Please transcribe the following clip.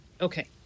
Okay